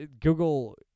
Google